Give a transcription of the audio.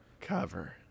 cover